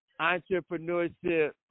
Entrepreneurship